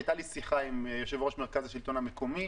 הייתה לי שיחה עם יושב-ראש מרכז השלטון המקומי.